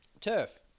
Turf